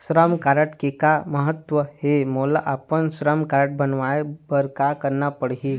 श्रम कारड के का महत्व हे, मोला अपन श्रम कारड बनवाए बार का करना पढ़ही?